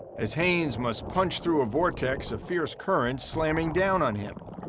as haynes must punch through a vortex of fierce currents slamming down on him.